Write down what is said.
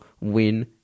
win